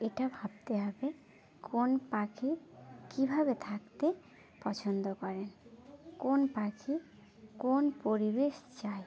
এটা ভাবতে হবে কোন পাখি কী ভাবে থাকতে পছন্দ করে কোন পাখি কোন পরিবেশ চাই